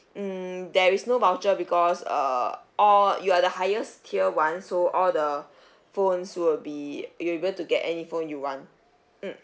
mm there is no voucher because err all you are the highest tier [one] so all the phones will be you will be able to get any phone you want mm